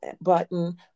button